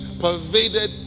pervaded